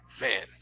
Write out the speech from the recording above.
Man